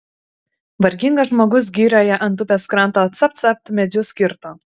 vargingas žmogus girioje ant upės kranto capt capt medžius kirto